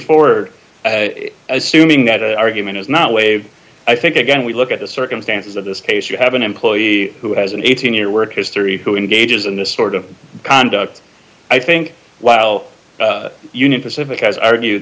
forward assuming that argument is not waived i think again we look at the circumstances of this case you have an employee who has an eighteen year work history who engages in this sort of conduct i think while the union pacific has argue